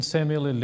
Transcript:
Samuel